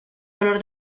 color